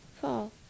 fall